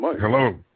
Hello